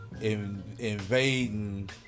invading